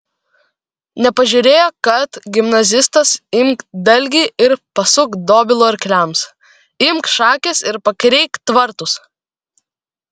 nepažiūrėjo kad gimnazistas imk dalgį ir pasuk dobilų arkliams imk šakes ir pakreik tvartus